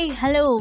hello